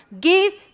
give